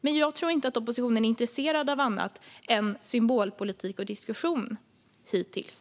Men jag tror inte att oppositionen är intresserad av annat än symbolpolitik och diskussion, så har det i varje fall varit hittills.